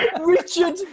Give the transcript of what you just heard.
Richard